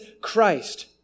Christ